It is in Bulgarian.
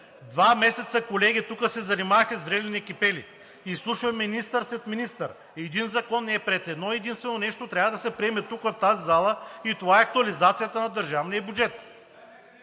Два месеца, колеги, тук се занимавахме с врели некипели и изслушваме министър след министър, а не е приет нито един закон. Едно-единствено нещо трябва да се приеме тук, в тази зала, това е актуализацията на държавния бюджет.